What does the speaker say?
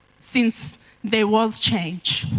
since there was change